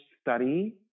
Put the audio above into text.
study